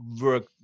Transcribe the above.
work